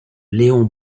leon